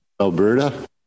Alberta